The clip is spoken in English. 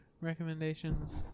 recommendations